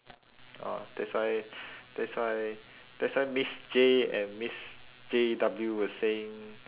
orh that's why that's why that's why miss J and miss J W were saying